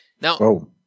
Now